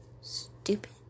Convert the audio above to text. stupid